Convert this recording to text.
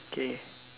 okay